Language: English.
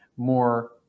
more